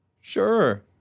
Sure